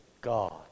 God